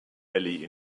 elli